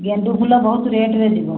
ଗେଣ୍ଡୁ ଫୁଲ ବହୁତ ରେଟ୍ରେ ଯିବ